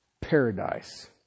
paradise